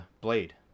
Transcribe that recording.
blade